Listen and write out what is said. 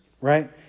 right